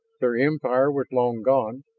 their empire was long gone,